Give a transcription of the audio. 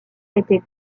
était